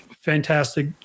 fantastic